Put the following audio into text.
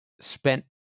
spent